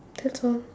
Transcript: that's all